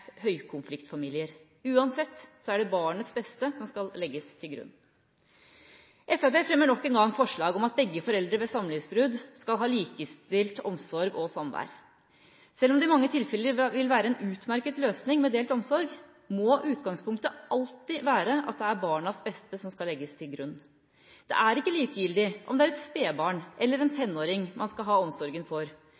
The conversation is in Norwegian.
høykonfliktfamilier. Uansett er det barnets beste som skal legges til grunn. Fremskrittspartiet fremmer nok en gang forslag om at begge foreldre ved samlivsbrudd skal ha likestilt omsorg og samvær. Selv om det i mange tilfeller vil være en utmerket løsning med delt omsorg, må utgangspunktet alltid være at det er barnas beste som skal legges til grunn. Det er ikke likegyldig om det er et spedbarn eller en